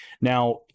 Now